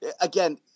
again